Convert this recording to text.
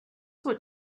what